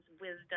wisdom